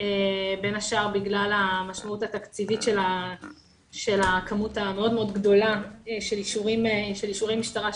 בין השאר בגלל המשמעות התקציבית של הכמות המאוד גדולה של אישורי משטרה,